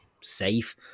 safe